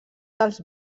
dels